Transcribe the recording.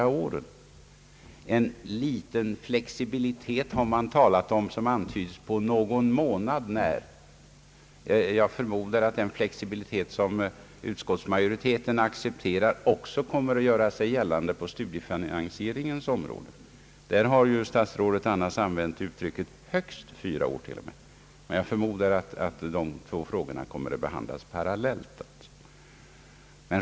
Jag tänker på »de fyra åren» och att man talat om en liten flexibilitet som antyds kunna bli någon månad. Jag förmodar att den flexibilitet utskottsmajoriteten accepterar också kommer att göra sig gällande på studiefinansieringens område, där statsrådet till och med använt uttrycket »högst fyra år». Men såvitt jag förstår kommer dessa två frågor att behandlas parallellt.